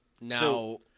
Now